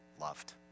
loved